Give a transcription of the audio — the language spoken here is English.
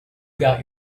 got